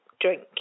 drink